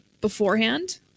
beforehand